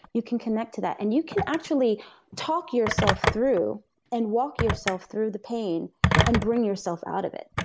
you can connect to that. and you can actually talk yourself through and walk yourself through the pain and bring yourself out of it.